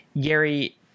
Gary